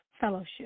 fellowship